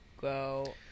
go